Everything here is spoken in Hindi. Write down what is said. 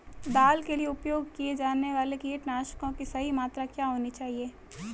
दाल के लिए उपयोग किए जाने वाले कीटनाशकों की सही मात्रा क्या होनी चाहिए?